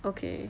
okay